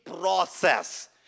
process